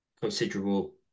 considerable